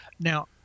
now